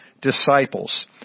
disciples